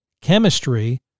Chemistry